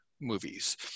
movies